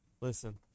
Listen